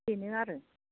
बेनो आरो